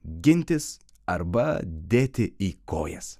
gintis arba dėti į kojas